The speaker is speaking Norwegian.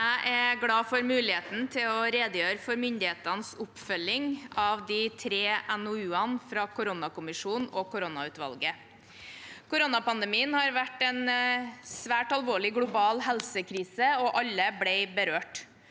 Jeg er glad for muligheten til å redegjøre for myndighetenes oppfølging av de tre NOU-ene fra koronakommisjonen og koronautvalget. Koronapandemien har vært en svært alvorlig global helsekrise, og alle ble berørt.